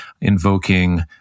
invoking